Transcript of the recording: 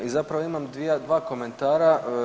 I zapravo imam dva komentara.